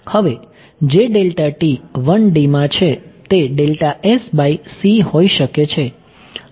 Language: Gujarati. હવે જે 1D માં છે તે હોઈ શકે છે